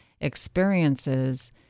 experiences